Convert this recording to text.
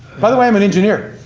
by the way, i'm an engineer.